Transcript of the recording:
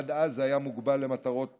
עד אז זה היה מוגבל למטרות מסוימות.